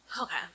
Okay